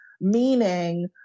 meaning